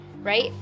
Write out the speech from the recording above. right